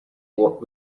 what